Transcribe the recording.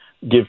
give